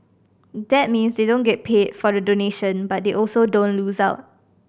that means they don't get paid for the donation but they also don't lose out